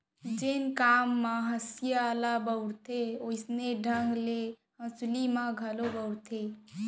जेन काम म हँसिया ल बउरथे वोइसने ढंग ले हँसुली ल घलोक बउरथें